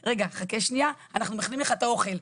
רגע, חכה שנייה, אנחנו מכינים לך את האוכל.